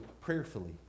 prayerfully